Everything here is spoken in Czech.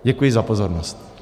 Děkuji za pozornost.